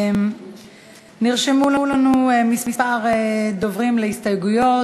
נרשמו כמה דוברים להסתייגויות.